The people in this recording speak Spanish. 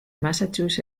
massachusetts